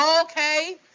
okay